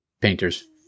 painter's